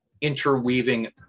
interweaving